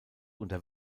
unter